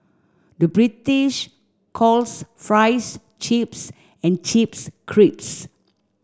the British calls fries chips and chips crisps